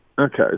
Okay